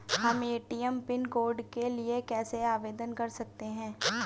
हम ATM pin code के लिए कैसे आवेदन कर सकते हैं?